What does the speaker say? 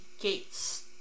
gates